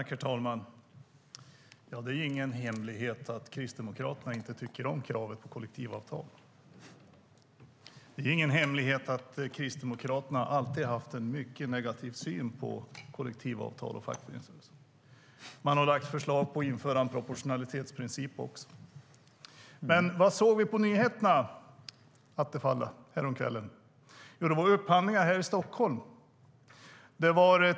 Herr talman! Det är ingen hemlighet att Kristdemokraterna inte tycker om kravet på kollektivavtal. Det är ingen hemlighet att Kristdemokraterna alltid har haft en mycket negativ syn på kollektivavtal och fackföreningsrörelsen. Man har lagt förslag på att införa en proportionalitetsprincip också. Men vad såg vi på nyheterna häromkvällen, Attefall? Jo, det handlade om upphandlingar här i Stockholm.